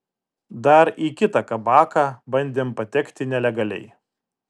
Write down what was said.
dar į kitą kabaką bandėm patekti nelegaliai